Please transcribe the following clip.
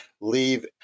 leave